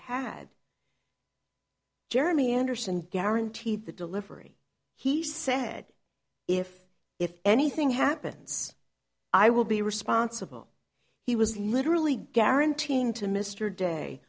had jeremy anderson guaranteed the delivery he said if if anything happens i will be responsible he was literally